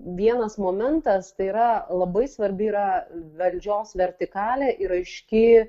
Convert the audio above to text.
vienas momentas tai yra labai svarbi yra valdžios vertikalė ir aiški